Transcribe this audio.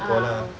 ah